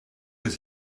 ist